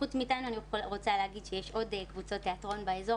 חוץ מאיתנו אני רוצה להגיד שיש עוד קבוצות תיאטרון באזור,